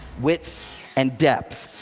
width and depth.